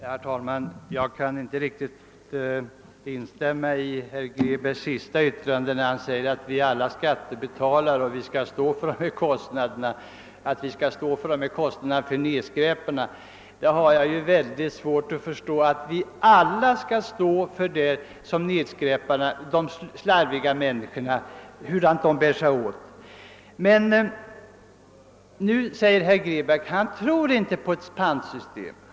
Herr talman! Jag kan inte riktigt instämma i vad herr Grebäck sade om att vi alla som skattebetalare får svara för de kostnader som nedskräparna åsamkar samhället. Jag har väldigt svårt att förstå att vi alla skall betala för att de slarviga människorna bär sig illa åt. Herr Grebäck tror inte på ett pantsystem.